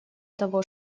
того